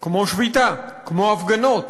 כמו שביתה, כמו הפגנות,